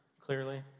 Clearly